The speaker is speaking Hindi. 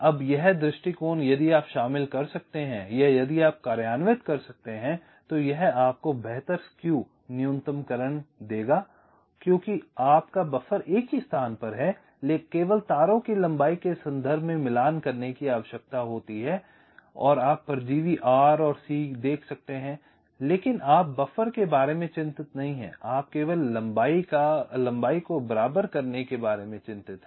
अब यह दृष्टिकोण यदि आप शामिल कर सकते हैं या यदि आप कार्यान्वित कर सकते हैं तो यह आपको बेहतर स्क्यू न्यूनतमकरण देगा क्योंकि आपका बफर एक ही स्थान पर है केवल तारों को लंबाई के संदर्भ में मिलान करने की आवश्यकता होती है और आप परजीवी R और C देख सकते हैं लेकिन आप बफर के बारे में चिंतित नहीं हैं आप केवल लंबाई को बराबर करने के बारे में चिंतित हैं